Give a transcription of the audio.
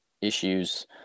issues